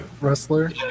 wrestler